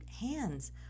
hands